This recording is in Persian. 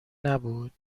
نبود